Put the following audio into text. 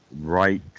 right